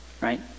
Right